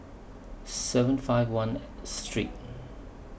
seven five one Street